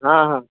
हँ हँ